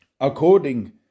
according